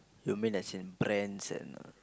you mean as in brands and